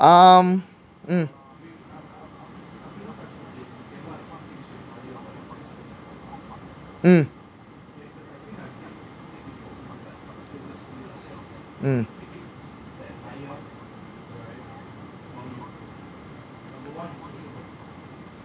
um mm mm mm